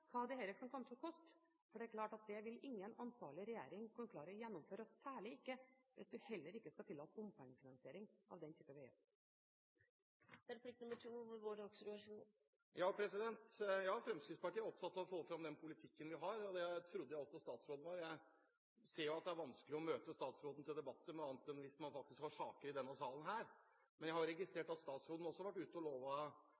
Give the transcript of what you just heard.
hva dette kan komme til å koste, for det er klart at det vil ingen ansvarlig regjering kunne klare å gjennomføre, særlig ikke hvis en heller ikke skal tillate bompengefinansiering av den typen veger. Ja, Fremskrittspartiet er opptatt av å få fram den politikken vi har, og det trodde jeg også statsråden var. Vi ser jo at det er vanskelig å møte statsråden til debatt med mindre man har saker i denne salen. Men jeg har